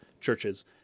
churches